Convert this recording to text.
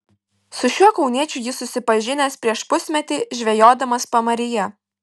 su šiuo kauniečiu jis susipažinęs prieš pusmetį žvejodamas pamaryje